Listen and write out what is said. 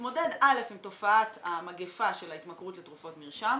התמודדות הרשויות עם תופעת הסחר הבלתי חוקי בתרופות מרשם.